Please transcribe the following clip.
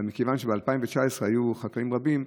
אבל מכיוון שב-2019 היו חקלאים רבים,